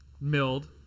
milled